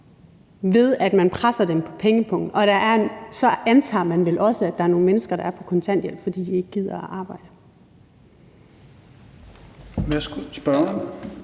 ved at man presser dem på pengepungen, så antager man vel også, at der er nogle mennesker, der er på kontanthjælp, fordi de ikke gider arbejde.